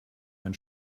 ein